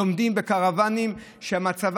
לומדים בקרוונים שמצב